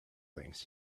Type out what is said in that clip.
things